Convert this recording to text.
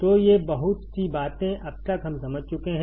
तो ये बहुत सी बातें अब तक हम समझ चुके हैं